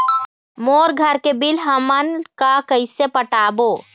मोर घर के बिल हमन का कइसे पटाबो?